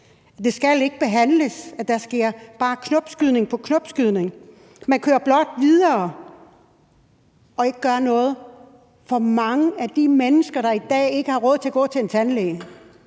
Det skal ikke behandles, at der bare sker knopskydning på knopskydning. Man kører blot videre og gør ikke noget for mange af de mennesker, der i dag ikke har råd til at gå til tandlæge.